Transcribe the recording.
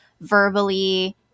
verbally